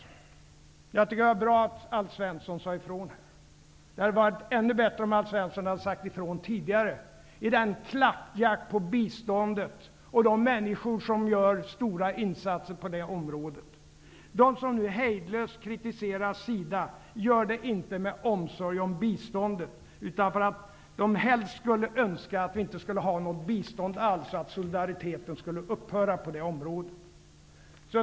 Det var bra att Alf Svensson sade ifrån när det gäller biståndet. Det hade varit ännu bättre om Alf Svensson hade sagt ifrån tidigare i klappjakten på biståndet och de människor som gör stora insatser på det området. De som nu hejdlöst kritiserar SIDA gör det inte med omsorg om biståndet, utan för att de helst skulle önska att vi inte hade något bistånd alls och att solidariteten skulle upphöra på det området.